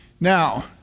Now